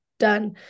Done